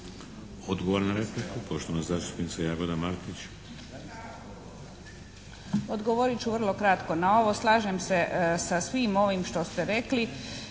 Odgovor na repliku poštovana zastupnica Jagoda Martić. **Martić, Jagoda (SDP)** Odgovorit ću vrlo kratko na ovo. Slažem se sa svime ovim što ste rekli